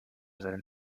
seinen